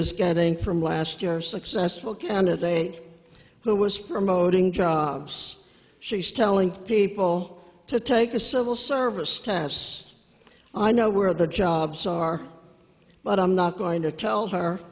is getting from last year successful candidate who was promoting jobs she's telling people to take a civil service tass i know where the jobs are but i'm not going to tell her